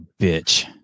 bitch